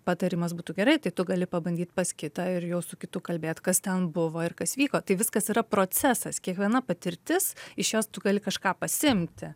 patarimas būtų gerai tai tu gali pabandyt pas kitą ir jau su kitu kalbėt kas ten buvo ir kas vyko tai viskas yra procesas kiekviena patirtis iš jos tu gali kažką pasiimti